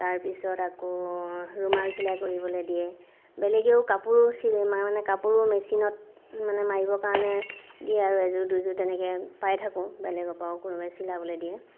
তাৰপিছত আকৌ ৰুমাল চিলাই কৰিবলৈ দিয়ে বেলেগেও কাপোৰো চি মানে কাপোৰো মেচিনত মানে মাৰিবৰ কাৰণে দিয়ে আৰু এযোৰ দুযোৰ তেনেকৈ পাই থাকোঁ বেলেগৰ পৰাও কোনোবাই চিলাবলৈ দিয়ে